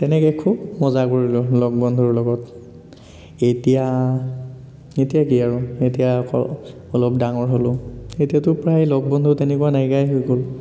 তেনেকৈ খুব মজা কৰিলোঁ লগ বন্ধুৰ লগত এতিয়া এতিয়া কি আৰু এতিয়া অকল অলপ ডাঙৰ হ'লোঁ এতিয়াতো প্ৰায় লগ বন্ধু তেনেকুৱা নাইকিয়াই হৈ গ'ল